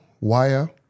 Wire